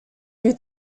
you